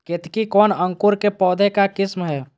केतकी कौन अंकुर के पौधे का किस्म है?